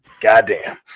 Goddamn